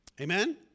Amen